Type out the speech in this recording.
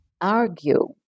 argue